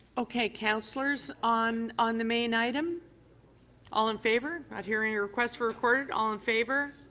okay. councillors, on on the main item all in favor. not hearing a request for recorded, all in favor.